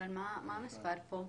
מה המספר פה באדום?